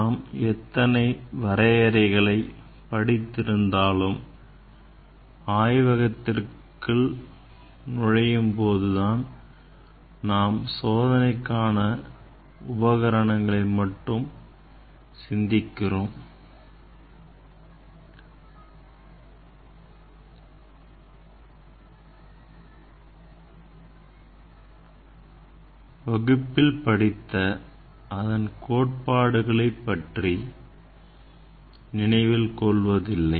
நாம் எத்தனை வரையறைகளை படித்து இருந்தாலும் ஆய்வகத்திற்கு நுழையும்போது நாம் சோதனைக்கான உபகரணங்களை பற்றி மட்டும்தான் சிந்திக்கிறோம் வகுப்பில் படித்த அதன் கோட்பாடுகளை நினைவில் கொள்வதில்லை